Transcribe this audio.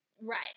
Right